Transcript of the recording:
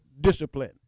discipline